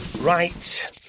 Right